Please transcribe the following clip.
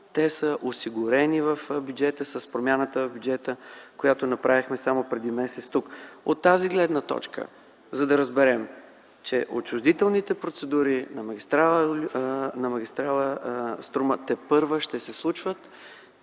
Те са осигурени в бюджета с промяната на бюджета, която направихме само преди месец тук. От тази гледна точка отчуждителните процедури на магистрала „Струма” тепърва ще се случват